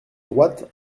droite